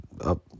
up